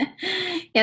Yes